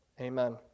Amen